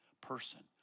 person